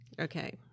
Okay